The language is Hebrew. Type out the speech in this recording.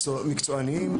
מקצועניים,